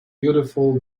beautiful